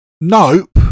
Nope